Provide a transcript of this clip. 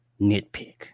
nitpick